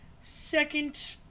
second